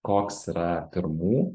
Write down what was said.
koks yra pirmų